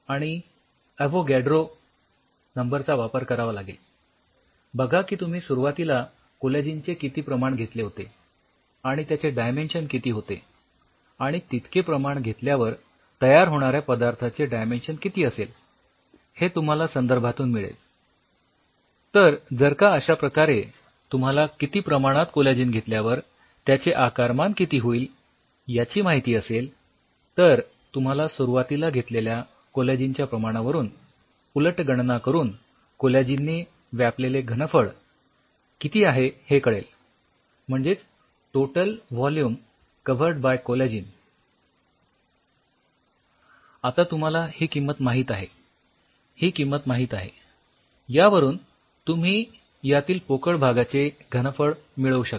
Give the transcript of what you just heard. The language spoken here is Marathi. आता तुम्हाला ही किंमत माहित आहे ही किंमत माहित आहे यावरून तुम्ही यातील पोकळ भागाचे घनफळ मिळवू शकता